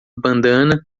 bandana